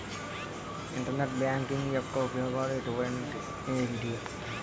Internet banking యెక్క ఉపయోగాలు ఎంటి?